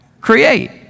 Create